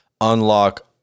unlock